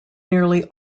nearly